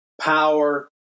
power